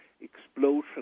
explosion